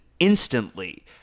instantly